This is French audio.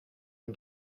une